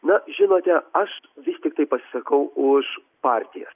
na žinote aš vis tiktai pasisakau už partiją